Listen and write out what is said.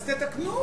אז תתקנו.